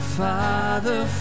father